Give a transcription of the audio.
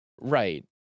Right